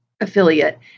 affiliate